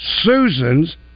Susan's